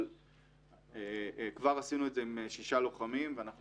אבל כבר עשינו את זה עם שישה לוחמים ואנחנו